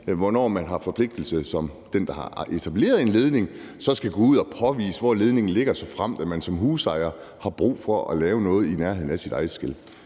hvornår man som den, der har etableret en ledning, har en forpligtelse til at gå ud og påvise, hvor ledningen ligger, såfremt man som husejer har brug for at lave noget i nærheden af sit eget skel.